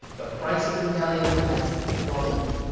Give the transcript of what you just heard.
the price of the medallions has plummeted.